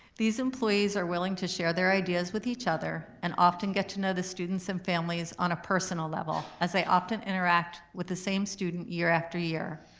these employees are willing to share their ideas with each other and often get to know the students and families on a personal level as they often interact with the same student year after year.